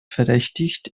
verdächtigt